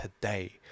today